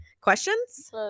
Questions